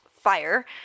fire